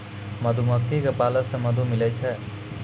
मधुमक्खी क पालै से मधु मिलै छै